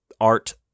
art